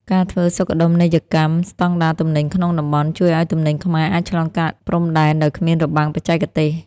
ការធ្វើសុខដុមនីយកម្មស្ដង់ដារទំនិញក្នុងតំបន់ ជួយឱ្យទំនិញខ្មែរអាចឆ្លងកាត់ព្រំដែនដោយគ្មានរបាំងបច្ចេកទេស។